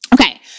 Okay